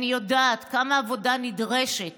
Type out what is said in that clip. אני יודעת כמה עבודה נדרשת